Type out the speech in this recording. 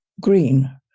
green